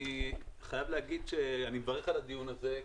אני חייב לומר שאני מברך על הדיון הזה.